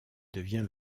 devient